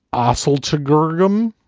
ausl to graham.